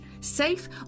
safe